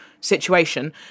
situation